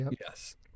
Yes